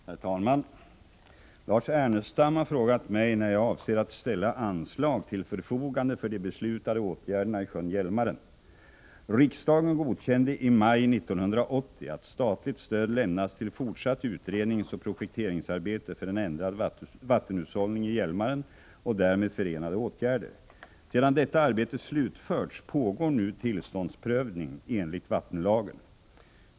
Herr talman! Lars Ernestam har frågat mig när jag avser att ställa anslag till förfogande för de beslutade åtgärderna i sjön Hjälmaren. Riksdagen godkände i maj 1980 att statligt stöd lämnas till fortsatt utredningsoch projekteringsarbete för en ändrad vattenhushållning i Hjälmaren och därmed förenade åtgärder. Sedan detta arbete slutförts pågår nu tillståndsprövning enligt vattenlagen.